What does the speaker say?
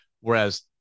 Whereas